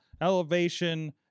elevation